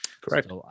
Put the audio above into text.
Correct